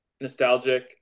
nostalgic